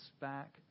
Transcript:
back